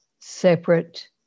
separate